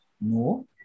No